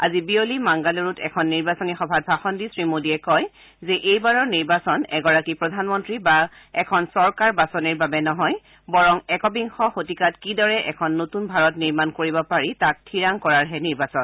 আজি বিয়লি মাংগালুৰুত এখন নিৰ্বাচনী সভাত ভাষণ দি শ্ৰীমোদীয়ে কয় যে এইবাৰৰ নিৰ্বাচন এগৰাকী প্ৰধানমন্ত্ৰী বা এখন চৰকাৰ বাচনিৰ বাবে নহয় বৰং একবিংশ শতিকাত কিদৰে এখন নতূন ভাৰত নিৰ্মাণ কৰিব পাৰি তাক থিৰাং কৰাৰহে নিৰ্বাচন